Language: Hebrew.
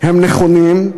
הם נכונים,